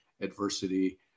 adversity